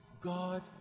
God